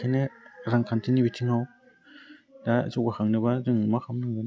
बेखायनो रांखान्थिनि बिथिङाव दा जौगाखांनोबा जों मा खालामनांगोन